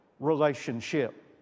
relationship